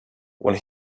when